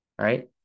right